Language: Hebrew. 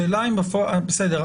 בסדר,